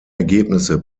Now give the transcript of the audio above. ergebnisse